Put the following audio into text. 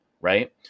Right